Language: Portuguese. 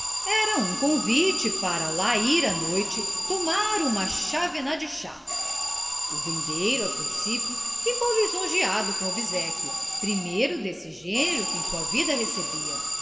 era um convite para lá ir à noite tomar uma chávena de chá o vendeiro a principio ficou lisonjeado com o obséquio primeiro desse gênero que em sua vida recebia